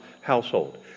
household